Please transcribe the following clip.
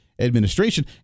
administration